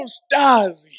stars